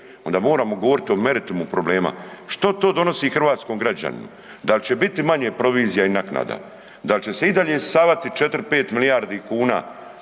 onda moramo govoriti o meritumu problema, što to donosi hrvatskom građaninu, dal će biti manje provizija i naknada, da li će se i dalje isisavati 4, 5 milijardi kuna